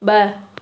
ब॒